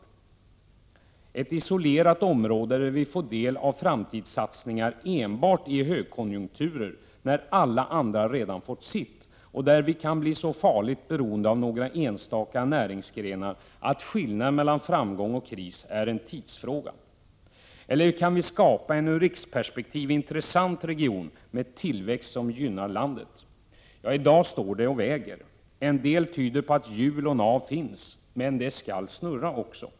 Skall vi bli ett område som får del av framtidssatsningar enbart i högkonjunkturer när alla andra redan fått sitt och som kan bli så farligt beroende av några enstaka näringsgrenar att skillnaden mellan framgång och kris är en tidsfråga? Eller kan vi skapa en ur riksperspektiv intressant region med tillväxt som gynnar hela landet? I dag står det och väger. En del tyder på att hjul och nav finns. Men det skall snurra också.